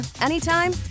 anytime